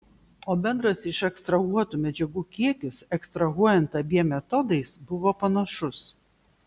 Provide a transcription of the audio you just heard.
o bendras išekstrahuotų medžiagų kiekis ekstrahuojant abiem metodais buvo panašus